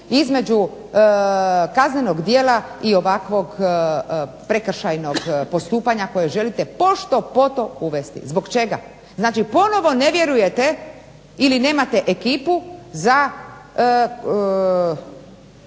između kaznenog djela i ovakvog prekršajnog postupanja kojeg želite pošto poto uvesti. Zbog čega? Znači ponovo ne vjerujete ili nemate ekipu za